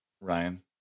Ryan